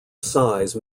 size